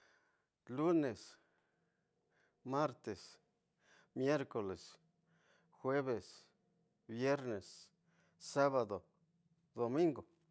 Lunes, martes, miércoles, jueves, viernes, sábado, domingo.